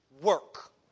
work